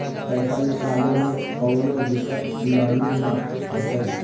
पईसा निकले में कउनो दिक़्क़त नानू न होताई?